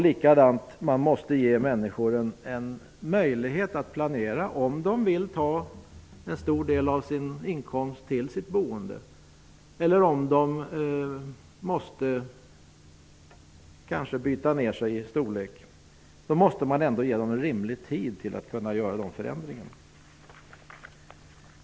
Likadant måste man ge människor en möjlighet att planera och bestämma om de vill ta en stor del av sin inkomst till sitt boende eller kanske byta ner sig i storlek. Man måste ge dem rimlig tid att göra de förändringarna.